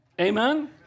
Amen